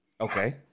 Okay